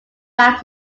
back